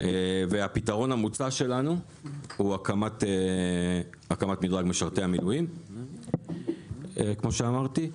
הפתרון המוצע שלנו הוא הקמת מדרג משרתי המילואים כמו שאמרתי.